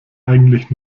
eigentlich